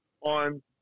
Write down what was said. on